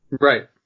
Right